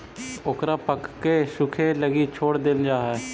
ओकरा पकके सूखे लगी छोड़ देल जा हइ